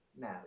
No